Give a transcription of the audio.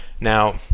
Now